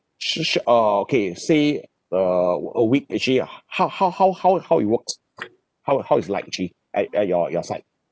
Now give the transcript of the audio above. sho~ sho~ okay say a w~ a week actually uh h~ how how how how it how it works how how it's like actually at at your your side